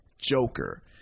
Joker